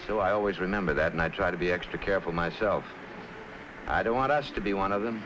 so i always remember that and i try to be extra careful myself i don't want us to be one of them